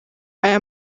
aya